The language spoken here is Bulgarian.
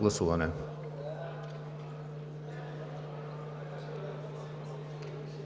Гласували